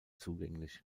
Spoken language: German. zugänglich